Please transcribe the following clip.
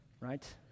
right